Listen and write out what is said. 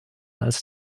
als